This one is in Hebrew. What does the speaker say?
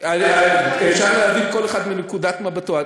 אפשר להבין כל אחד מנקודת מבטו.